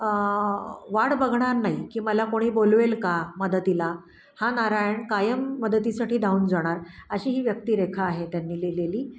वाढ बघणार नाही की मला कोणी बोलवेल का मदतीला हा नारायण कायम मदतीसाठी धावून जाणार अशी ही व्यक्तिरेखा आहे त्यांनी लिहिलेली